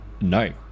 No